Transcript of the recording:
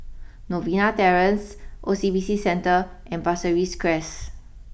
Novena Terrace O C B C Centre and Pasir Ris Crest